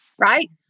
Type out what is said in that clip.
right